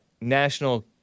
National